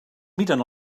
miren